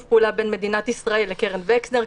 פעולה בין מדינת ישראל לבין קרן וקסנר,